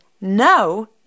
no